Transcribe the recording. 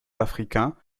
africain